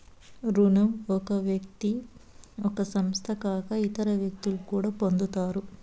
రుణం ఒక వ్యక్తి ఒక సంస్థ కాక ఇతర వ్యక్తులు కూడా పొందుతారు